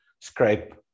scrape